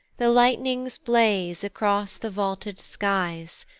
the lightnings blaze across the vaulted skies,